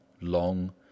long